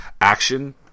action